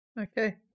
Okay